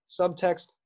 subtext